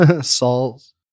Saul's